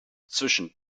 zwischen